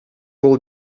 бул